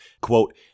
quote